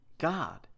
God